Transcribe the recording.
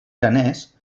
aranès